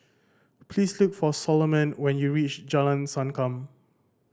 please look for Solomon when you reach Jalan Sankam